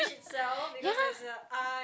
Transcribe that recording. ya